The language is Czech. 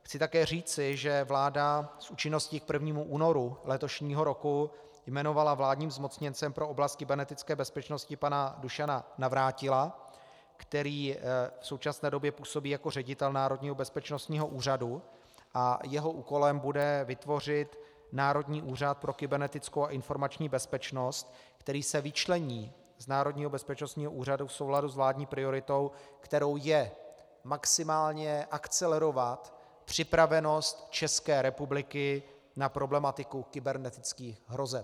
Chci také říci, že vláda s účinností k 1. únoru letošního roku jmenovala vládním zmocněncem pro oblast kybernetické bezpečnosti pana Dušana Navrátila, který v současné době působí jako ředitel Národního bezpečnostního úřadu, a jeho úkolem bude vytvořit Národní úřad pro kybernetickou a informační bezpečnost, který se vyčlení z Národního bezpečnostního úřadu v souladu s vládní prioritou, kterou je maximálně akcelerovat připravenost České republiky na problematiku kybernetických hrozeb.